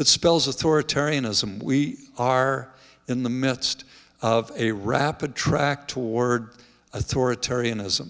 that spells authoritarianism we are in the midst of a rapid track toward authoritarianism